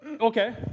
Okay